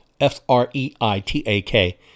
F-R-E-I-T-A-K